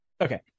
okay